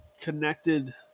connected